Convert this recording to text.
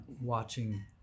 watching